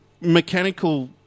mechanical